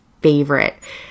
favorite